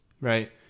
Right